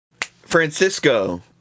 Francisco